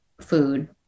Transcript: food